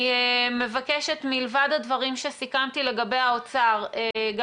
אני מבקשת מלבד הדברים שסיכמתי לגבי האוצר גם